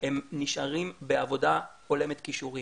נשארים בעבודה הולמת כישורים,